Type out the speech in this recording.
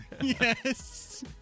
yes